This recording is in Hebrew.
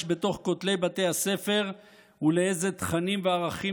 בין כותלי בתי הספר ולאיזה תכנים וערכים